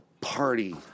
party